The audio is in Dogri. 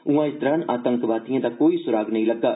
उआं इस दौरान आतंकवादिएं दा कोई सुराग नईं लग्गा